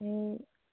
এই